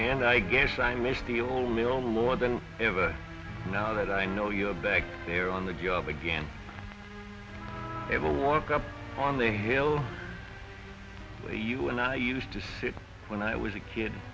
and i guess i miss the old mill more than ever now that i know you're back there on the job again ever walk up on the hill play you and i used to sit when i was a kid